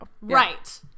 Right